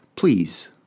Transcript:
please